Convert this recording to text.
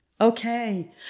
Okay